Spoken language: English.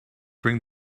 bring